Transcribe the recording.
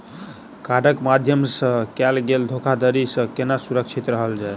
कार्डक माध्यम सँ कैल गेल धोखाधड़ी सँ केना सुरक्षित रहल जाए?